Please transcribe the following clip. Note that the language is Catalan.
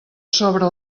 sobre